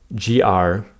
GR